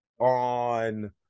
on